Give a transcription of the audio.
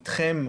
אתכם,